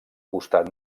costat